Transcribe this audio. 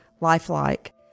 lifelike